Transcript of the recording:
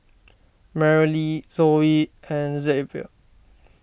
Merrily Zoey and Xzavier